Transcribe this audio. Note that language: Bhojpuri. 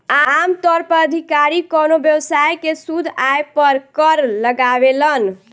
आमतौर पर अधिकारी कवनो व्यवसाय के शुद्ध आय पर कर लगावेलन